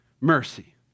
mercy